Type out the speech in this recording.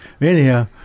Anyhow